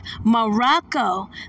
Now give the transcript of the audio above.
Morocco